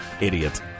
Idiot